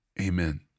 Amen